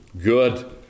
good